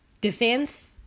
defense